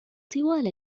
طوال